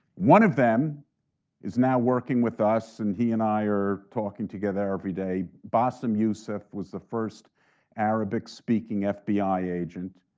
one of them is now working with us, and he and i are talking together everyday. bassem youssef was the first arabic speaking fbi agent,